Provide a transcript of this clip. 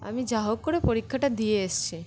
আমি যা হোক করে পরীক্ষাটা দিয়ে এসেছি